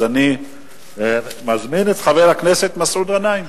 אני מזמין את חבר הכנסת מסעוד גנאים,